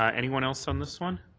ah anyone else on this one?